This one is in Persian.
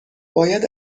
باید